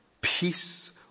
Peace